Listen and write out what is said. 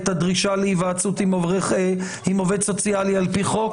המסירות של העובדים הסוציאליים, לפי חוק